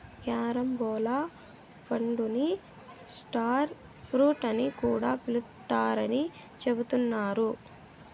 carambola పండుని star fruit అని కూడా పిలుత్తారని చెబుతున్నారు